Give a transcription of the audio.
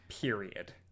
Period